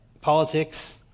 politics